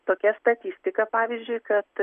tokia statistika pavyzdžiui kad